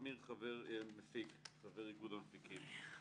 חבר איגוד המפיקים.